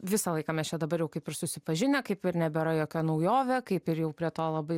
visą laiką mes čia dabar jau kaip ir susipažinę kaip ir nebėra jokia naujovė kaip ir jau prie to labai